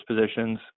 positions